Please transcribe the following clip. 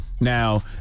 Now